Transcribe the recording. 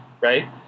right